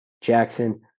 Jackson